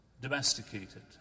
domesticated